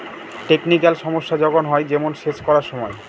technical সমস্যা যখন হয়, যেমন সেচ করার সময়